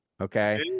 okay